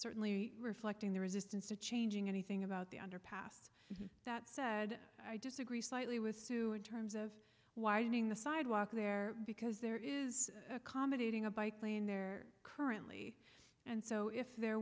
certainly reflecting the resistance to changing anything about the underpass that said i disagree slightly with sue in terms of widening the sidewalk there because there is accommodating a bike lane there currently and so if there